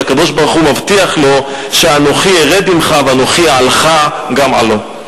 הקדוש-ברוך-הוא מבטיח לו: "אנכי ארד עמך ואנכי אעלך גם עלה".